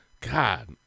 God